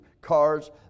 cars